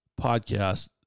podcast